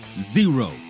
zero